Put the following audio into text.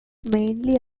mainly